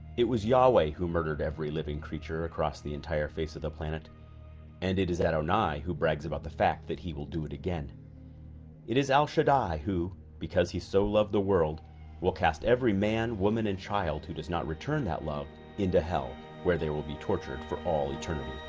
it was yahweh who murdered every living creature across the entire face of the planet and it is a tone i who brags about the fact that he will do it again it is al shaddai who? because he so loved the world will cast every man woman and child who does not return that love into hell where there will be tortured for all eternity?